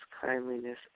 kindliness